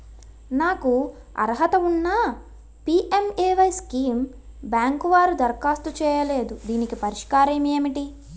నాకు అర్హత ఉన్నా పి.ఎం.ఎ.వై స్కీమ్ బ్యాంకు వారు దరఖాస్తు చేయలేదు దీనికి పరిష్కారం ఏమిటి?